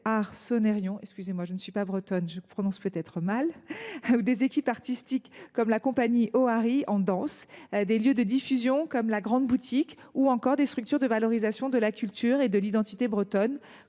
ar Sonerion ; des équipes artistiques, comme la compagnie de danse C’hoari ; des lieux de diffusion, comme La Grande Boutique ; des structures de valorisation de la culture et de l’identité bretonnes,